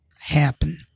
happen